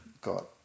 got